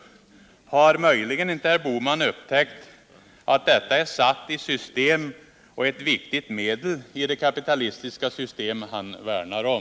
Har möjligen inte herr Bohman upptäckt att detta är satt i system och ett viktigt medel i det kapitalistiska system han värnar om?